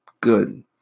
Good